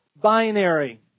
binary